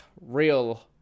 real